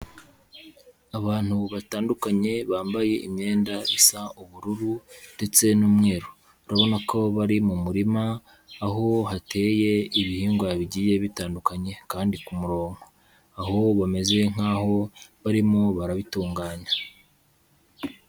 Abantu batandukanye bambaye imyenda isa ubururu, ndetse n'umweru, urabona ko bari mu murima aho hateye ibihingwa bigiye bitandukanye kandi ku murongo, aho bameze nk'aho barimo barabitunganya.